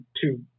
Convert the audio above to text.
two